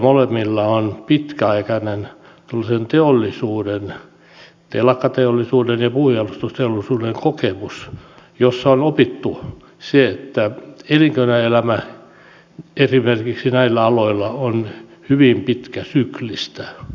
heillä molemmilla on pitkäaikainen tällaisen teollisuuden telakkateollisuuden ja puunjalostusteollisuuden kokemus jossa on opittu se että elinkeinoelämä esimerkiksi näillä aloilla on hyvin pitkäsyklistä